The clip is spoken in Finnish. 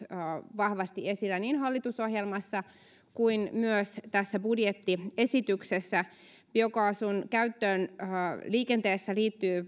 vahvasti esillä niin hallitusohjelmassa kuin myös tässä budjettiesityksessä biokaasun käyttöön liikenteessä liittyy